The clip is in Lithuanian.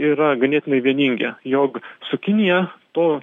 yra ganėtinai vieningi jog su kinija to